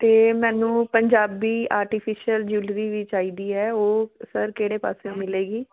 ਅਤੇ ਮੈਨੂੰ Punjabi artificial jewellery ਵੀ ਚਾਹੀਦੀ ਹੈ ਉਹ ਸਰ ਕਿਹੜੇ ਪਾਸੇ ਮਿਲੇਗੀ